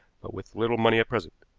but with little money at present.